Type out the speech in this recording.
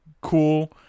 cool